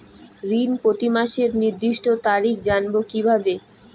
ঋণ প্রতিমাসের নির্দিষ্ট তারিখ জানবো কিভাবে?